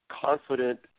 confident